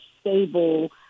stable